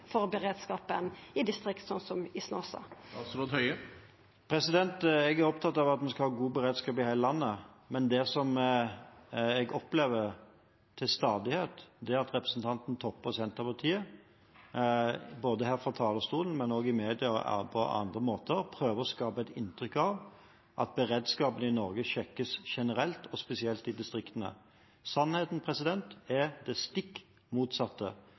for beredskapen i distrikta, slik som i Snåsa? Jeg er opptatt av at vi skal ha god beredskap i hele landet, men det jeg opplever til stadighet, er at representanten Toppe og Senterpartiet både her fra talerstolen og i media og på andre måter prøver å skape et inntrykk av at beredskapen i Norge svekkes generelt, og spesielt i distriktene. Sannheten er det stikk motsatte.